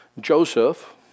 Joseph